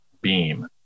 Beam